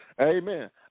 Amen